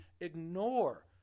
ignore